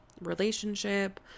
relationship